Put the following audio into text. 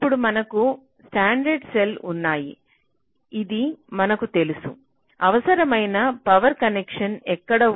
ఇప్పుడు మనకు standard cell ఉన్నాయి అది మనకు తెలుసు అవసరమైన పవర్ కనెక్షన్లు ఎక్కడ ఉన్నాయి